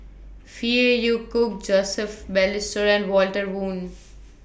Phey Yew Kok Joseph Balestier and Walter Woon